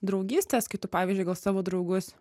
draugystės kai tu pavyzdžiui gal savo draugus